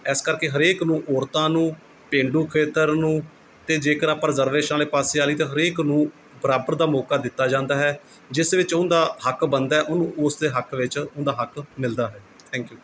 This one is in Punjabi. ਇਸ ਕਰਕੇ ਹਰੇਕ ਨੂੰ ਔਰਤਾਂ ਨੂੰ ਪੇਂਡੂ ਖੇਤਰ ਨੂੰ ਅਤੇ ਜੇਕਰ ਆਪਾਂ ਰਿਜ਼ਰਵੇਸ਼ਨ ਵਾਲੇ ਪਾਸੇ ਵਾਲੀ ਤਾਂ ਹਰੇਕ ਨੂੰ ਬਰਾਬਰ ਦਾ ਮੌਕਾ ਦਿੱਤਾ ਜਾਂਦਾ ਹੈ ਜਿਸ ਵਿੱਚ ਉਹਦਾ ਹੱਕ ਬਣਦਾ ਉਹਨੂੰ ਉਸ ਦੇ ਹੱਕ ਵਿੱਚ ਉਹਦਾ ਹੱਕ ਮਿਲਦਾ ਹੈ ਥੈਂਕ ਯੂ